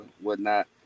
whatnot